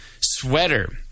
sweater